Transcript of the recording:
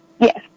yes